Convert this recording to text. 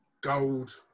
Gold